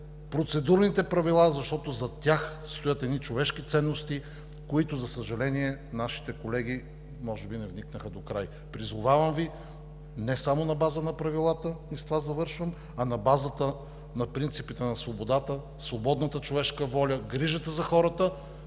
процедурните правила, защото зад тях стоят едни човешки ценности, в които, за съжаление, нашите колеги може би не вникнаха докрай. Призовавам Ви не само на база на правилата, и с това завършвам, а на базата на принципите на свободата, свободната човешка воля, грижата за хората